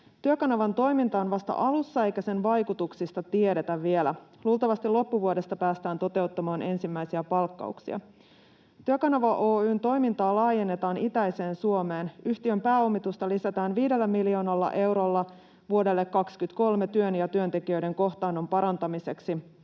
Työkanavan toiminta on vasta alussa, eikä sen vaikutuksista tiedetä vielä. Luultavasti loppuvuodesta päästään toteuttamaan ensimmäisiä palkkauksia. Työkanava Oy:n toimintaa laajennetaan itäiseen Suomeen. Yhtiön pääomitusta lisätään viidellä miljoonalla eurolla vuodelle 23 työn ja työntekijöiden kohtaannon parantamiseksi